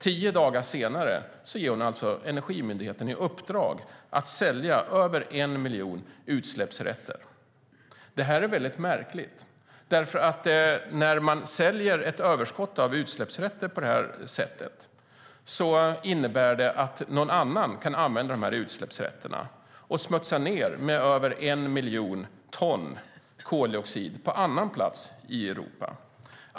Tio dagar senare ger hon alltså Energimyndigheten i uppdrag att sälja över en miljon utsläppsrätter. Detta är väldigt märkligt, för när man säljer ett överskott av utsläppsrätter på det här sättet innebär det att någon annan kan använda dessa utsläppsrätter och smutsa ned med över en miljon ton koldioxid på annan plats i Europa.